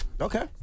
okay